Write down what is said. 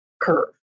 curve